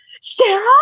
Sarah